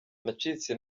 nacitse